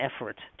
effort